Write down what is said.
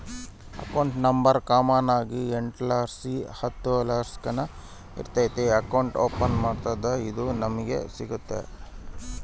account number common ಆಗಿ ಎಂಟುರ್ಲಾಸಿ ಹತ್ತುರ್ತಕನ ಇರ್ತತೆ ಅಕೌಂಟ್ ಓಪನ್ ಮಾಡತ್ತಡ ಇದು ನಮಿಗೆ ಸಿಗ್ತತೆ